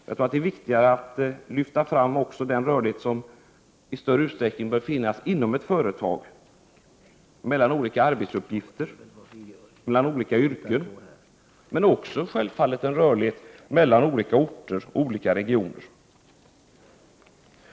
Jag tror att det är viktigare att lyfta fram den rörlighet som i större utsträckning bör finnas också inom ett företag, mellan olika arbetsuppgifter och mellan olika yrken, men också självfallet en rörlighet mellan olika orter och regioner.